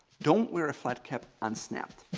don't wear a flat cap unsnapped.